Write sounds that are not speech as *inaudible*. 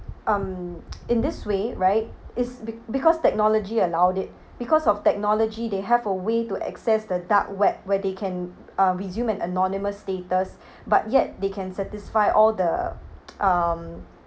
um in this way right it's be~ because technology allowed it because of technology they have a way to access the dark web where they can uh presume an anonymous status *breath* but yet they can satisfy all the *noise* um